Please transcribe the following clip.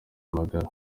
magara